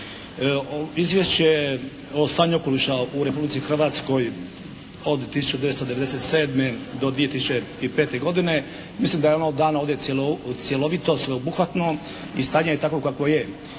Izvješće o stanju okoliša u Republici Hrvatskoj od 1997. do 2005. godine mislim da je ono dano ovdje cjelovito, sveobuhvatno i stanje je takvo kakvo je.